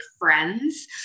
friends